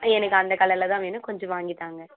எனக்கு அந்த கலரில் தான் வேணும் கொஞ்சம் வாங்கி தாங்க